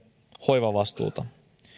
hoivavastuuta